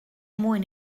mwyn